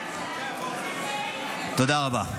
תודה רבה.